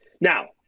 now